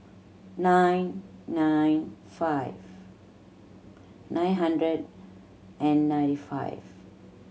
nine nine five nine hundred and ninety five